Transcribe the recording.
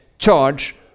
Charge